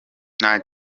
nta